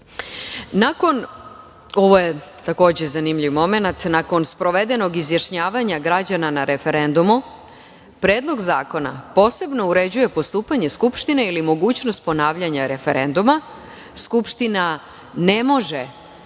samouprave. Ovo je takođe zanimljiv momenat. Nakon sprovedenog izjašnjavanja građana na referendumu, predlog zakona posebno uređuje postupanje Skupštine ili mogućnost ponavljanja referenduma. Skupština ne može